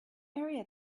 area